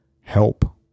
Help